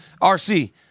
RC